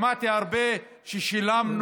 שמעתי הרבה ששילמנו,